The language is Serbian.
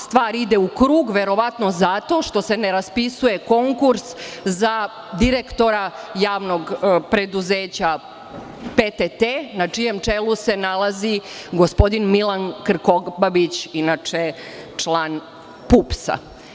Stvar ide u krug, verovatno, zato što se ne raspisuje konkurs za direktora Javnog preduzeća PTT na čijem čelu se nalazi gospodin Milan Krkobabić, inače član PUPS.